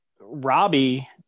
Robbie